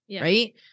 Right